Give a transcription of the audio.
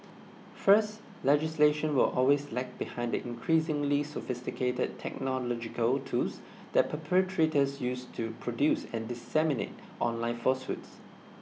first legislation will always lag behind the increasingly sophisticated technological tools that perpetrators use to produce and disseminate online falsehoods